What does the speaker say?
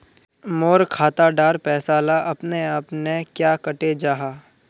मोर खाता डार पैसा ला अपने अपने क्याँ कते जहा?